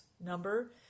number